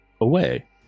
away